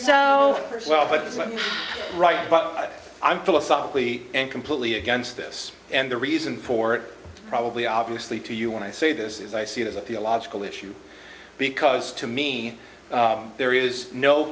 a right but i'm philosophically and completely against this and the reason for it probably obviously to you when i say this is i see it as a theological issue because to me there is no